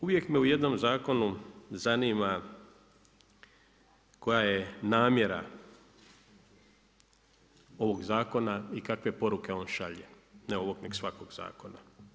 Uvijek me u jednom zakonu zanima koja je namjera ovog zakona i kakve poruke on šalje, ne ovog nego svakog zakona.